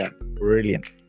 Brilliant